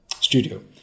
studio